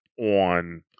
on